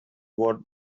word